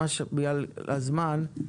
ממש בגלל הזמן,